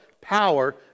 power